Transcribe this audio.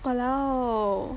!walao!